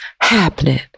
Happening